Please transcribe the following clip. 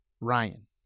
Ryan